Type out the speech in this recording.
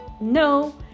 no